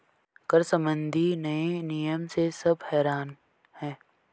कर संबंधी नए नियम से सब हैरान हैं